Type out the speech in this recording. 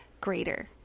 greater